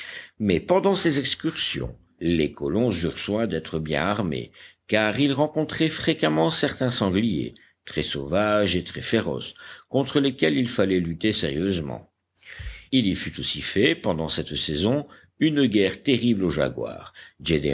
mais pendant ces excursions les colons eurent soin d'être bien armés car ils rencontraient fréquemment certains sangliers très sauvages et très féroces contre lesquels il fallait lutter sérieusement il y fut aussi fait pendant cette saison une guerre terrible aux jaguars